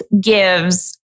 gives